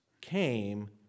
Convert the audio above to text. came